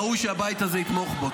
ראוי שהבית הזה יתמוך בו.